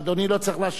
הוא לקח לתשומת לבו,